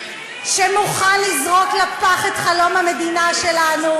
שמוכן לזרוק לפח את חלום המדינה שלנו,